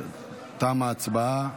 תמה ההצבעה.